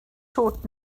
short